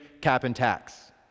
cap-and-tax